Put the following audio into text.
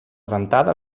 dentada